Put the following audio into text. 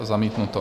Zamítnuto.